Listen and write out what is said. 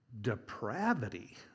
depravity